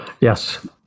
yes